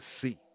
see